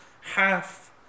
half